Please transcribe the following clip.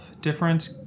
different